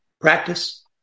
practice